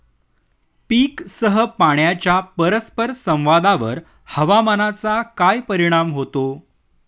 पीकसह पाण्याच्या परस्पर संवादावर हवामानाचा काय परिणाम होतो?